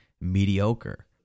mediocre